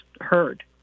heard